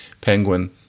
Penguin